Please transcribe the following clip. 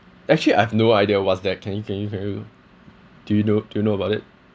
actually I've no idea what's that can you can you veri~ you do you know do you know about it